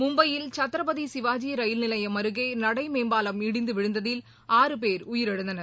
மும்பையில் சத்ரபதிசிவாஜிரயில்நிலையம் அருகேநடைமேம்பாலம் இடிந்துவிழுந்ததில் ஆற பேர் உயிரிழந்தனர்